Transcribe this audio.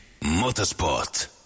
motorsport